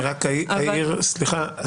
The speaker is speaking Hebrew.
אני רק אעיר סליחה,